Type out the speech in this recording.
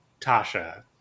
Tasha